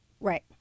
Right